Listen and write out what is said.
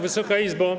Wysoka Izbo!